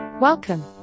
Welcome